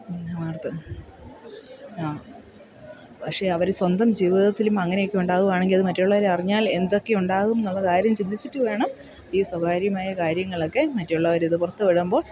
ആ പക്ഷേ അവർ സ്വന്തം ജീവിതത്തിലും അങ്ങനെയൊക്കെ ഉണ്ടാവുകയാണെങ്കിൽ അത് മറ്റുള്ളവർ അറിഞ്ഞാൽ എന്തൊക്കെ ഉണ്ടാവും എന്നുള്ള കാര്യം ചിന്തിച്ചിട്ട് വേണം ഈ സ്വകാര്യമായ കാര്യങ്ങളൊക്കെ മറ്റുള്ളവരിത് പുറത്തു വിടുമ്പോൾ